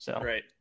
Right